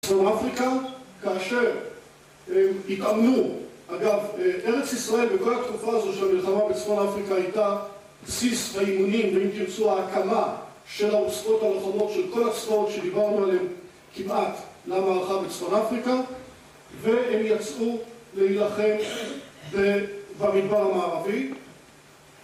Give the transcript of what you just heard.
צפון אפריקה, כאשר התאמנו, אגב, ארץ ישראל בכל התקופה הזו של המלחמה בצפון אפריקה הייתה בסיס האימונים, ואם תרצו, ההקמה של העוצבות הלוחמות של כל הצבאות שדיברנו עליהם כמעט למערכה בצפון אפריקה, והם יצאו להילחם במדבר המערבי.